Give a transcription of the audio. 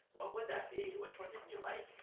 what would that be? which one didn't you like?